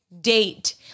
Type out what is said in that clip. date